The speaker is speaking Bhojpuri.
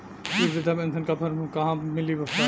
इ बृधा पेनसन का फर्म कहाँ मिली साहब?